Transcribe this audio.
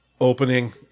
Opening